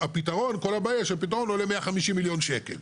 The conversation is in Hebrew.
כל הבעיה היא שהפתרון עולה 150 מיליון שקלים.